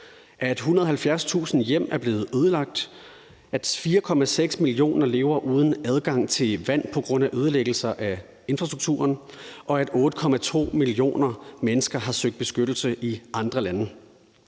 at 170.000 hjem er blevet ødelagt, at 4,6 millioner lever uden adgang til vand på grund af ødelæggelser af infrastrukturen, og at 8,2 millioner mennesker har søgt beskyttelse i andre lande.